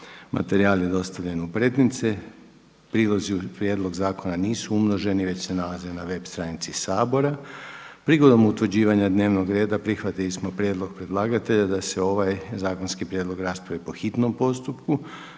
Materijal je dostavljen u pretince. Prilozi u prijedlog zakona nisu umnoženi već se nalaze na web stranici Sabora. Prigodom utvrđivanja dnevnog reda prihvatili smo prijedlog predlagatelja da se ovaj zakonski prijedlog raspravi po hitnom postupku.